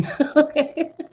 Okay